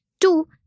Two